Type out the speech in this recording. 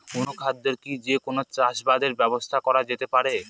অনুখাদ্য কি যে কোন চাষাবাদে ব্যবহার করা যেতে পারে?